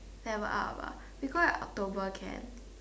level up ah we all at October can